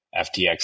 FTX